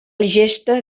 gesta